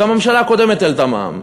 גם הממשלה הקודמת העלתה מע"מ.